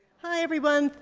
hi, everyone.